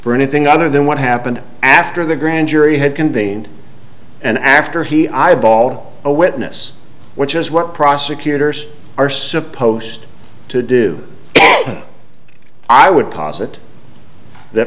for anything other than what happened after the grand jury had convened and after he eyeball a witness which is what prosecutors are supposed to do i would posit th